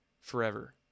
forever